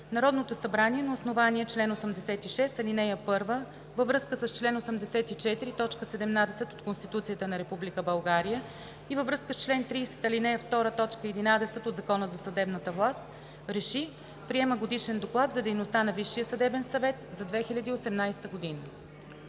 Народното събрание на основание чл. 86, ал. 1 във връзка с чл. 84, т. 17 от Конституцията на Република България и във връзка с чл. 30, ал. 2, т. 11 от Закона за съдебната власт РЕШИ: Приема Годишен доклад за дейността на Висшия съдебен съвет за 2018 г.“